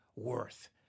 worth